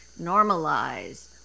normalize